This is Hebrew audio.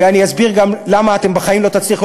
ואני אסביר גם למה אתם בחיים לא תצליחו